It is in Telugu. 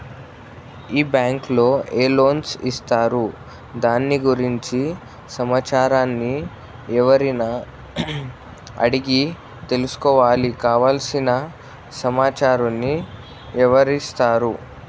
ఈ బ్యాంకులో ఏ లోన్స్ ఇస్తారు దాని గురించి సమాచారాన్ని ఎవరిని అడిగి తెలుసుకోవాలి? కావలసిన సమాచారాన్ని ఎవరిస్తారు?